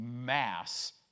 mass